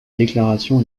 déclaration